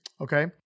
Okay